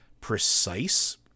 precise